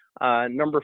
Number